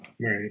Right